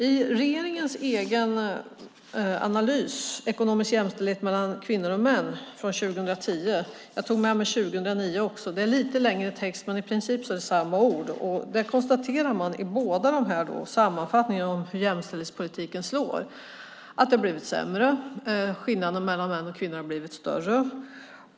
I regeringens egen analys Ekonomisk jämställdhet mellan kvinnor och män från 2010 - jag tog med mig den från 2009 också, det är lite längre text men i princip samma ord - konstaterar man i sammanfattningen av hur jämställdhetspolitiken slår att det har blivit sämre. Skillnaden mellan män och kvinnor har blivit större.